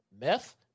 meth